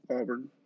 Auburn